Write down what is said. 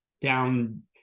down